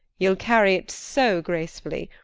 you'll carry it so gracefully.